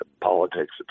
politics